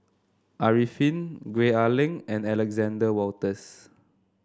Arifin Gwee Ah Leng and Alexander Wolters